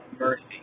mercy